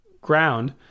ground